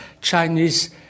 Chinese